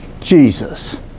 Jesus